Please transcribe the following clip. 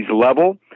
level